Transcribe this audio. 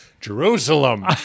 Jerusalem